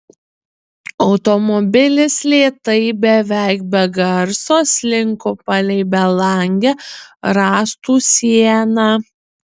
automobilis lėtai beveik be garso slinko palei belangę rąstų sieną